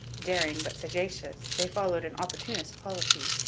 daring but sagacious, they followed an opportunist policy.